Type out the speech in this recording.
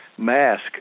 mask